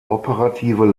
operative